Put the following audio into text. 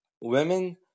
Women